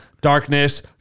darkness